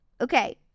okay